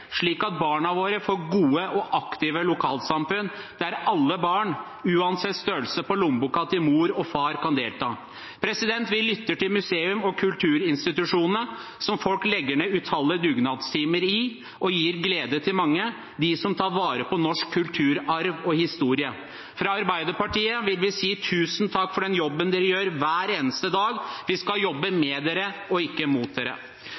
slik at barna våre får gode og aktive lokalsamfunn der alle barn, uansett størrelse på lommeboka til mor og far, kan delta. Vi lytter til museums- og kulturinstitusjonene, som folk legger ned utallige dugnadstimer i, og som gir glede til mange, de som tar vare på norsk kulturarv og historie. Fra Arbeiderpartiet vil vi si tusen takk for den jobben de gjør hver eneste dag. Vi skal jobbe med dem og ikke mot